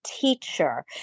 teacher